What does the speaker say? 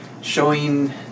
showing